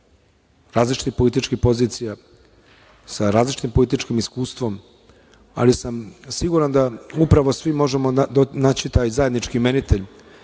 različitih političkih pozicija, sa različitim političkim iskustvom, ali sam siguran da upravo svi možemo naći taj zajednički imenitelj